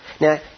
Now